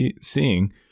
seeing